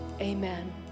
amen